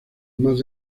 más